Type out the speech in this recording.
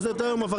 אז אתה עבריין,